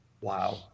Wow